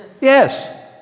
Yes